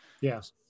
yes